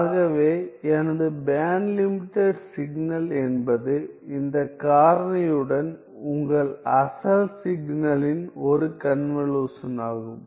ஆகவே எனது band limited signal என்பது இந்த காரணியுடன் உங்கள் அசல் சிக்னலின் ஒரு கன்வலுஷனாகும்